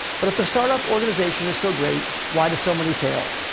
but if the startup organization is so great, why do so many fail?